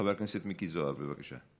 חבר הכנסת מיקי זוהר, בבקשה.